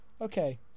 Okay